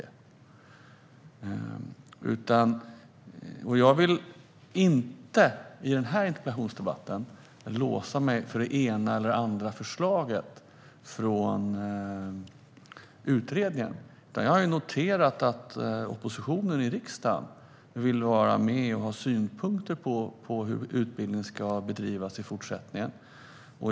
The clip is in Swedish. I denna interpellationsdebatt vill jag inte låsa mig för det ena eller andra förslaget från utredningen. Jag har noterat att oppositionen i riksdagen vill vara med och ha synpunkter på hur utbildningen ska bedrivas i fortsättningen.